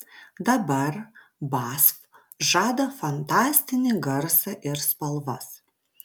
dabar basf žada fantastinį garsą ir spalvas